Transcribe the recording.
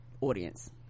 audience